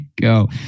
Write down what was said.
go